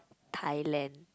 Thailand